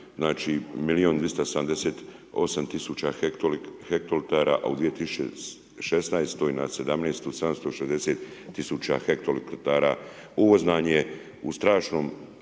i 278 000 hektolitara a u 2016. na 2017. 760 000 hektolitara. Uvoz nam je u strašnom